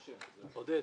עודד,